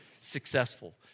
successful